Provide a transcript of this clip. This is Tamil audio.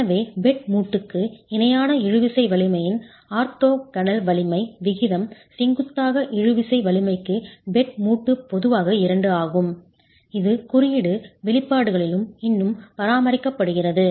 எனவே பெட் மூட்டுக்கு இணையான இழுவிசை வலிமையின் ஆர்த்தோகனல் வலிமை விகிதம் செங்குத்தாக இழுவிசை வலிமைக்கு பெட் மூட்டு பொதுவாக 2 ஆகும் இது குறியீடு வெளிப்பாடுகளிலும் இன்னும் பராமரிக்கப்படுகிறது